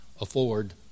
afford